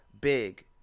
big